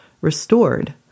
restored